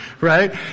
right